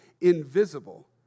invisible